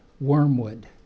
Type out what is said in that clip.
Wormwood